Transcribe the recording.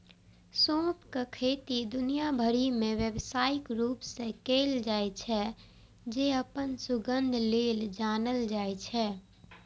सौंंफक खेती दुनिया भरि मे व्यावसायिक रूप सं कैल जाइ छै, जे अपन सुगंध लेल जानल जाइ छै